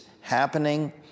happening